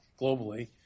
globally